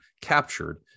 captured